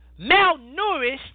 malnourished